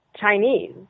Chinese